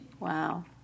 Wow